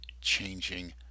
changing